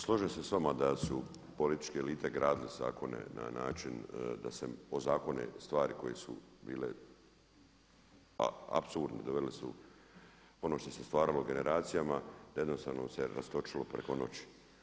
Slažem se s vama da su političke elite grade se ako ne na način da se ozakone stvari koje su bile apsolutno dovele su ono što se stvaralo generacijama da jednostavno se rastočilo preko noći.